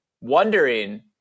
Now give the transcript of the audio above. wondering